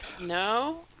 no